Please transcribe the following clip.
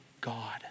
God